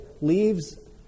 leaves